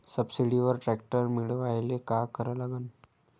सबसिडीवर ट्रॅक्टर मिळवायले का करा लागन?